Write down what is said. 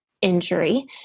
injury